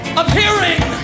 appearing